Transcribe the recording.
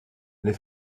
les